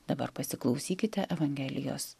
dabar pasiklausykite evangelijos